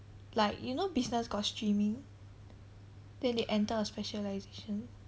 like you know business got streaming then they enter a specialisation